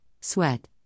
sweat